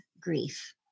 grief